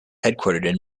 headquartered